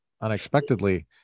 unexpectedly